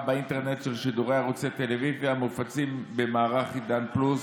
באינטרנט של שידורי ערוצי טלוויזיה המופצים במערך עידן פלוס.